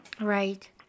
Right